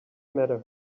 matter